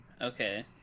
okay